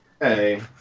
Hey